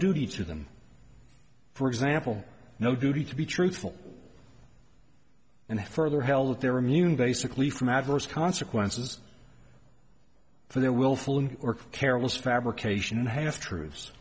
duty to them for example no duty to be truthful and further held that they're immune basically from adverse consequences for their willful or careless fabrication half truths